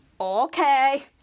okay